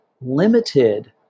limited